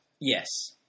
Yes